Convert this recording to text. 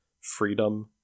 freedom